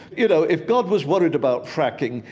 you know, if god was worried about fracking,